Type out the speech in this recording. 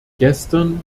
gestern